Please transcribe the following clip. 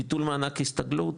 ביטול מענק הסתגלות,